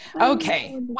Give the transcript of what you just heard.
Okay